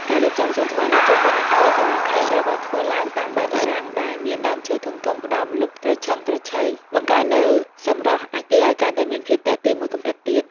ការរៀបចំសួនច្បារនៅជុំវិញអគារសាលាខេត្ត ត្រូវបានធ្វើឡើងតាមបែបបារាំងដែលមានដើមឈើធំៗផ្តល់ម្លប់ត្រឈឹងត្រឈៃ បង្កើននូវសម្រស់អគារឱ្យកាន់តែមានភាពទាក់ទាញមួយកម្រិតទៀត។